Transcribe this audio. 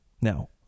Now